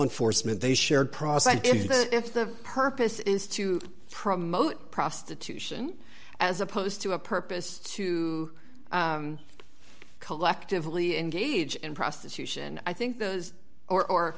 enforcement they shared process even if the purpose is to promote prostitution as opposed to a purpose to collectively engage in prostitution i think those